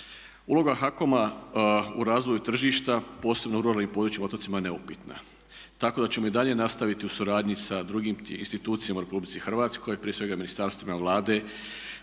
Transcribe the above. Uloga HAKOM-a u razvoju tržišta posebno u ruralnim područjima i otocima je neupitna. Tako da ćemo i dalje nastaviti u suradnji sa drugim institucijama u RH prije svega ministarstvima Vlade